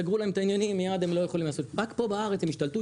סגרו להם את העניינים ומיד הם לא יכולים לעשות רק פה בארץ הם השתלטו,